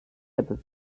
aber